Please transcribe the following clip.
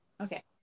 Okay